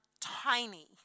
tiny